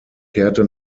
kehrte